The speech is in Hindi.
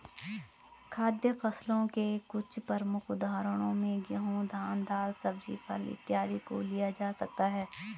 खाद्य फसलों के कुछ प्रमुख उदाहरणों में गेहूं, धान, दाल, सब्जी, फल इत्यादि को लिया जा सकता है